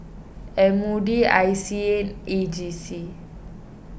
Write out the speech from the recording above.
M O D I C A A G C